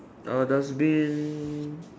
uh dustbin